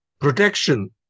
protection